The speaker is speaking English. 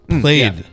played